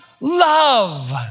love